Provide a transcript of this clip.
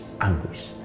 anguish